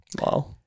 Wow